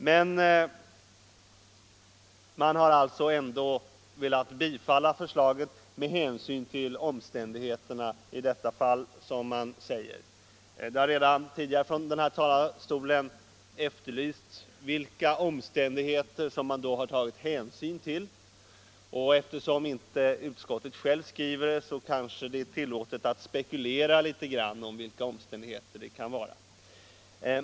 Utskottet har ändå velat bifalla förslaget ”med hänsyn till omständigheterna i detta fall”, som det säger. Det har redan tidigare från denna talarstol efterlysts vilka omständigheter utskottet har tagit hänsyn till, och eftersom de inte anges i betänkandet är det kanske tillåtet att spekulera litet grand i vilka omständigheterna kan vara.